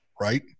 right